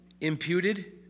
imputed